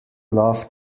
love